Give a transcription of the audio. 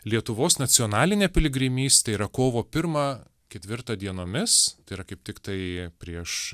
lietuvos nacionalinė piligrimystė yra kovo pirmą ketvirtą dienomis tai yra kaip tik tai prieš